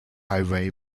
highway